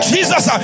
Jesus